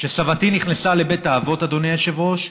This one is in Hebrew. כשסבתי נכנסה לבית האבות, אדוני היושב-ראש,